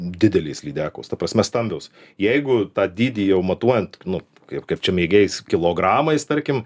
didelės lydekos ta prasme stambios jeigu tą dydį jau matuojant nu kaip kaip čia megėjais kilogramais tarkim